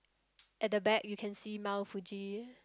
at the back you can see Mount-Fuji